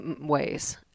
ways